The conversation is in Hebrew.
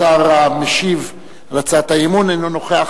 השר המשיב על הצעת האי-אמון אינו נוכח